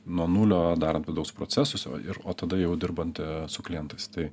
nuo nulio darant vidaus procesus ir o tada jau dirbant su klientais tai